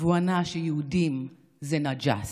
והוא ענה שיהודים זה נג'אס.